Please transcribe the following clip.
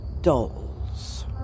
dolls